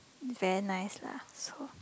very nice lah so